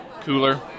cooler